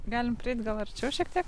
galim prieit gal arčiau šiek tiek